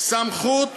סמכות